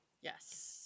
yes